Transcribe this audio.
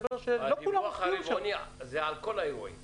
הסתבר שלא כולם --- זה על כל האירועים,